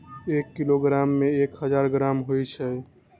एक किलोग्राम में एक हजार ग्राम होई छई